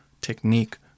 technique